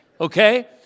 okay